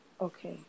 okay